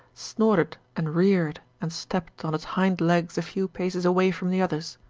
snorted and reared and stepped on its hind legs a few paces away from the others.